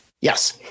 Yes